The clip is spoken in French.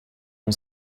mon